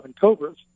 Cobras